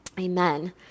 Amen